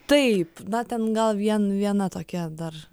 taip na ten gal vien viena tokia dar